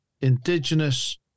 indigenous